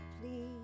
please